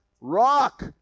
rock